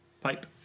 pipe